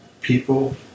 people